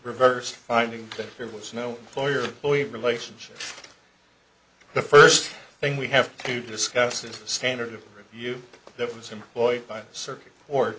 reversed finding that there was no lawyer relationship the first thing we have to discuss is the standard of review that was employed by circuit or